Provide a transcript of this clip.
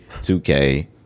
2K